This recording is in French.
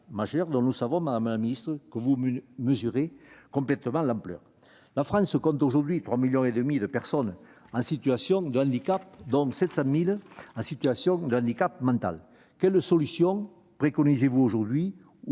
dont nous savons, madame la secrétaire d'État, que vous mesurez pleinement l'ampleur. La France compte aujourd'hui 3,5 millions de personnes en situation de handicap, dont 700 000 en situation de handicap mental. Quelles solutions comptez-vous apporter